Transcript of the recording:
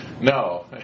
No